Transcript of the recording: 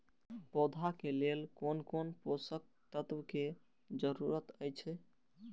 पौधा के लेल कोन कोन पोषक तत्व के जरूरत अइछ?